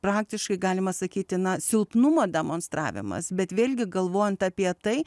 praktiškai galima sakyti na silpnumo demonstravimas bet vėlgi galvojant apie tai